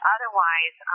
Otherwise